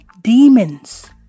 demons